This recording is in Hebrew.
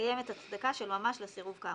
קיימת הצדקה של ממש לסירוב כאמור.